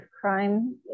crime